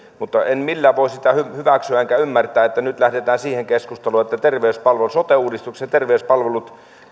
mutta en millään voi sitä hyväksyä enkä ymmärtää että nyt lähdetään siihen keskusteluun että sote uudistuksen terveyspalvelut